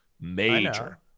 Major